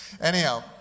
Anyhow